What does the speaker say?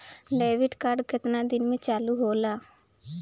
Debit card केतना दिन में चालु होला?